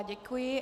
Děkuji.